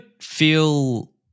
feel